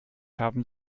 haben